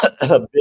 big